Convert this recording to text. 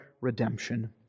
redemption